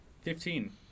Fifteen